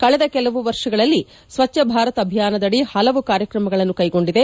ಕಳೆದ ಕೆಲವು ವರ್ಷಗಳಲ್ಲಿ ಸ್ವಚ್ಚ ಭಾರತ ಅಭಿಯಾನದದಿ ಹಲವು ಕ್ರಮಗಳನ್ನು ಕೈಗೊಂಡಿದೆ